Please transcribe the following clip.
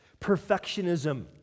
perfectionism